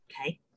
Okay